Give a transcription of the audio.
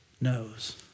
knows